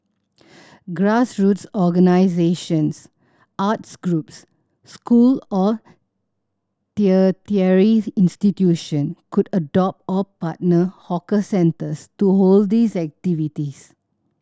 grassroots organisations arts groups school or institution could adopt or partner hawker centres to hold these activities